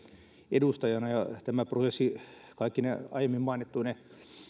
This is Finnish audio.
edustajana tämä prosessi kaikkine aiemmin mainittuine